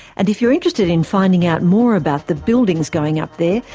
and if you're interested in finding out more about the buildings going up there,